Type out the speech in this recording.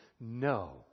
No